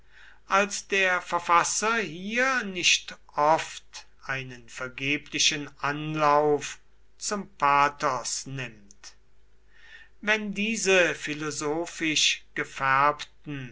als der verfasser hier nicht oft einen vergeblichen anlauf zum pathos nimmt wenn diese philosophisch gefärbten